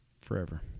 forever